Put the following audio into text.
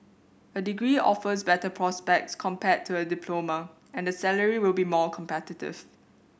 a degree offers better prospects compared to a diploma and the salary will be more competitive